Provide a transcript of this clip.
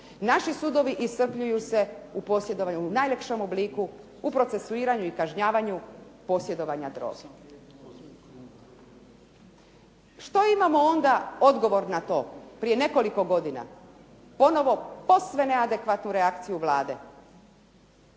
naši sudovi iscrpljuju se u posjedovanjem, u najlakšem obliku, u procesuiranju i kažnjavanju posjedovanja droge. Što imamo onda odgovor na to? Prije nekoliko godina ponovo posve neadekvatnu reakciju Vlade